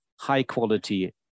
high-quality